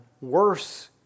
worse